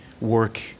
work